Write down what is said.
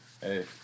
hey